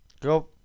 Go